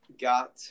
got